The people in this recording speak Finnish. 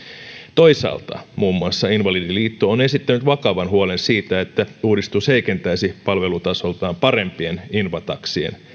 toisaalta muun muassa invalidiliitto on esittänyt vakavan huolen siitä että uudistus heikentäisi palvelutasoltaan parempien invataksien